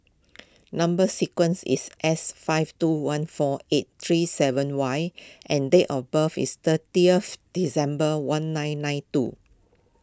Number Sequence is S five two one four eight three seven Y and date of birth is thirtieth December one nine nine two